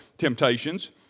temptations